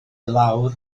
lawr